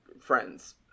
friends